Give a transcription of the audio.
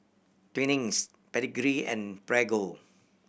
Twinings Pedigree and Prego